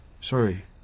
sorry